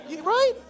right